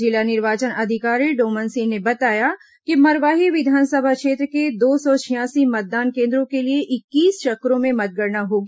जिला निर्वाचन अधिकारी डोमन सिंह ने बताया कि मरवाही विधानसभा क्षेत्र के दो सौ छियासी मतदान केन्द्रों के लिए इक्कीस चक्रों में मतगणना होगी